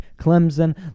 Clemson